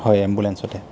হয় এম্বুলেঞ্চতে